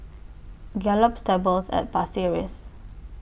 Gallop Stables At Pasir Ris